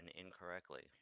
incorrectly